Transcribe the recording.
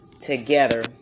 together